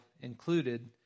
included